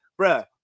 Bruh